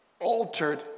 altered